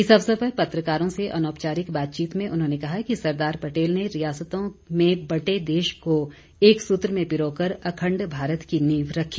इस अवसर पर पत्रकारों से अनौपचारिक बातचीत में उन्होंने कहा कि सरदार पटेल ने रियासतों में बंटे देश को एक सूत्र में पिरोकर अखंड भारत की नींव रखी